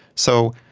so,